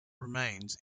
remains